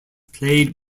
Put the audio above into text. played